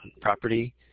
property